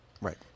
Right